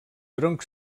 tronc